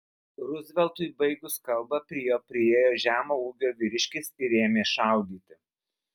ruzveltui baigus kalbą prie jo priėjo žemo ūgio vyriškis ir ėmė šaudyti